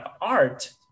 art